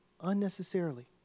Unnecessarily